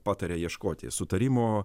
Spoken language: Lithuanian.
pataria ieškoti sutarimo